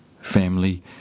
family